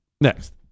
Next